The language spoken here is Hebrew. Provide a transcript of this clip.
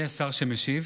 מי השר שמשיב?